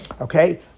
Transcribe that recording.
Okay